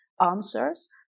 answers